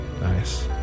Nice